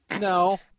No